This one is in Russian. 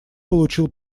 получил